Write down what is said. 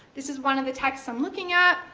this is one of the texts i'm looking at.